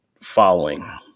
following